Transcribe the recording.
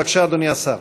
בבקשה, אדוני השר.